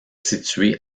situés